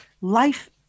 life